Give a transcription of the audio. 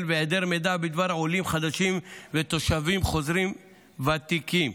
והיעדר מידע בדבר עולים חדשים ותושבים חוזרים ותיקים.